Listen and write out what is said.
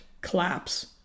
collapse